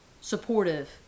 supportive